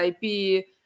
ip